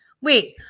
wait